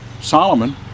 Solomon